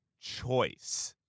choice